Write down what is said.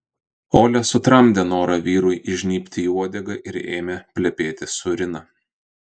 olia sutramdė norą vyrui įžnybti į uodegą ir ėmė plepėti su rina